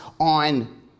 on